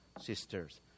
sisters